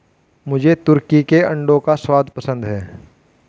मुझे तुर्की के अंडों का स्वाद पसंद है